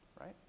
Right